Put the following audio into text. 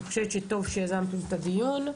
אני חושבת שטוב שיזמתם את הדיון,